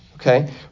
Okay